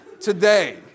today